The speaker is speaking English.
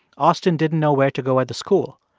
austin didn't know where to go at the school.